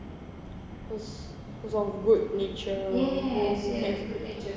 who's who's of good nature